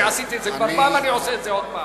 כבר עשיתי את זה פעם, ואני עושה את זה עוד פעם.